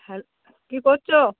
হ্যাঁ কি করছো